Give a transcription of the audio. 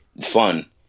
fun